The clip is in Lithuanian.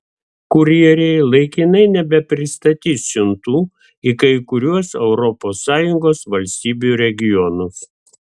kurjeriai laikinai nebepristatys siuntų į kai kuriuos europos sąjungos valstybių regionus